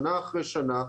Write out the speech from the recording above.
שנה אחרי שנה,